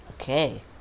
Okay